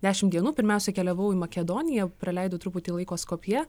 dešimt dienų pirmiausia keliavau į makedoniją praleidau truputį laiko skopjė